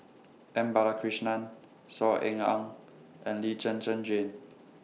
M Balakrishnan Saw Ean Ang and Lee Zhen Zhen Jane